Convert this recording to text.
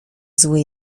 zły